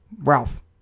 Ralph